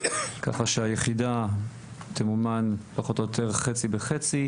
ככה שהיחידה תמומן פחות או יותר חצי בחצי.